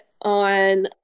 on